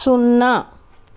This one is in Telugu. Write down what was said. సున్నా